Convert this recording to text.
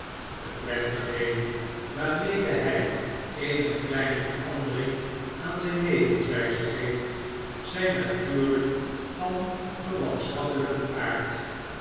de plechtigheden waarmede hy eenige kleine verandering aan zijn levenswijze geeft ziin natuurljjk van verwantschappelijken aard